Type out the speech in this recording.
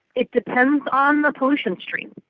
it depends on the pollution stream,